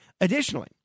Additionally